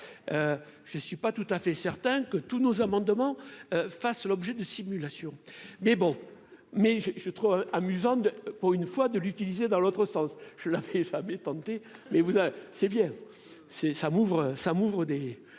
je ne suis pas tout à fait certain que tous nos amendements, fasse l'objet de simulation, mais bon, mais je trouve amusant de pour, une fois de l'utiliser dans l'autre sens, je l'avais jamais tenté mais vous savez, c'est